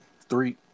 Three